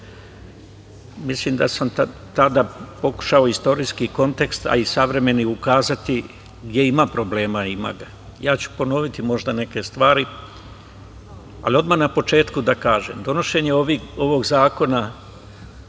Mislim da sam tada pokušao istorijski kontekst, a i savremeni ukazati. Gde ima problema, ima ga. Ponoviću možda neke stvari, ali odmah na početku da kažem – donošenje ovog zakona